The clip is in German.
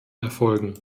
erfolgen